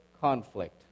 conflict